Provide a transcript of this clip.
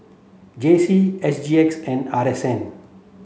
J C S G X and R S N